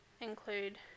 include